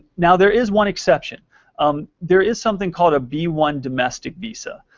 now, there is one exception um there is something called a b one domestic visa,